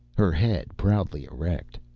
her head proudly erect.